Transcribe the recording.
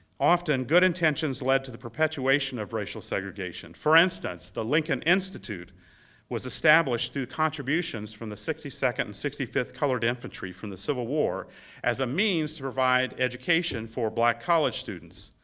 often good intentions led to the perpetuation of racial segregation. for instance, the lincoln institute was established through contributions from the sixty second and sixty fifth colored infantry from the civil war as a means to provide education for black college students.